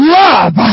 love